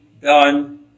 done